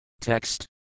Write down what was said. Text